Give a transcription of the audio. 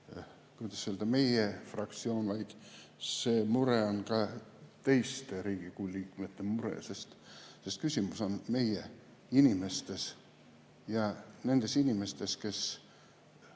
ainult meie fraktsioon, vaid see mure on ka teistel Riigikogu liikmetel, sest küsimus on meie inimestes ja nendes inimestes, kes